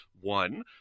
One